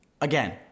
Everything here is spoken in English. again